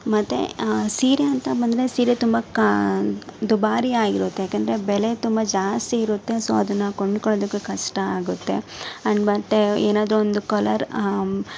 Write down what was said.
ಮತ್ತು ಸೀರೆ ಅಂತ ಬಂದರೆ ಸೀರೆ ತುಂಬ ಕಾ ದುಬಾರಿಯಾಗಿರುತ್ತೆ ಯಾಕೆಂದರೆ ಬೆಲೆ ತುಂಬ ಜಾಸ್ತಿ ಇರುತ್ತೆ ಸೊ ಅದನ್ನ ಕೊಂಡ್ಕೊಳೊದಕ್ಕೆ ಕಷ್ಟ ಆಗುತ್ತೆ ಆ್ಯಂಡ್ ಬಟ್ಟೆ ಏನಾದರೂ ಒಂದು ಕಲರ್